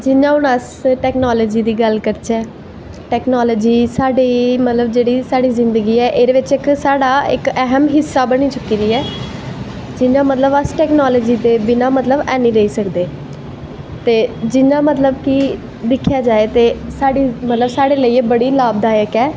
जियां हून अस टैकनॉलजी दी गल्ल करचै टैकनॉलजी मतलव साढ़ी जेह्ड़ी जिन्दगी ऐ एह्दे बिच्च इक साढ़ा इक ऐह्म हिस्सा बनी चुकी दी ऐ जियां अस मतलव टैकनॉलजी दे बिना हैनी रेही सकदे ते जियां मतलव कि दिक्खेआ जाए ते एह् साढ़े लेई बड़ी लाभदायक ऐ